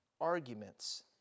arguments